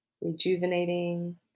rejuvenating